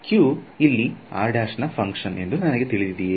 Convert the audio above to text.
𝜌 ಇಲ್ಲಿ ನ ಫಂಕ್ಷನ್ ಎಂದು ನನಗೆ ತಿಳಿದಿದಿಯೇ